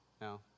no